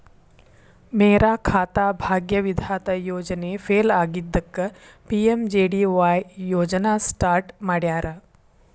ಮೇರಾ ಖಾತಾ ಭಾಗ್ಯ ವಿಧಾತ ಯೋಜನೆ ಫೇಲ್ ಆಗಿದ್ದಕ್ಕ ಪಿ.ಎಂ.ಜೆ.ಡಿ.ವಾಯ್ ಯೋಜನಾ ಸ್ಟಾರ್ಟ್ ಮಾಡ್ಯಾರ